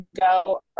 go